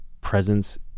presence